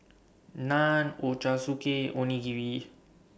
Naan Ochazuke Onigiri